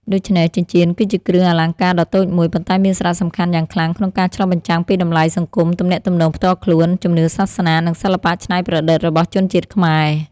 ដូច្នេះ ចិញ្ចៀនគឺជាគ្រឿងអលង្ការដ៏តូចមួយ ប៉ុន្តែមានសារៈសំខាន់យ៉ាងខ្លាំងក្នុងការឆ្លុះបញ្ចាំងពីតម្លៃសង្គម ទំនាក់ទំនងផ្ទាល់ខ្លួន ជំនឿសាសនា និងសិល្បៈច្នៃប្រឌិតរបស់ជនជាតិខ្មែរ។